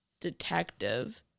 detective